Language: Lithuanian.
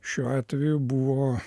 šiuo atveju buvo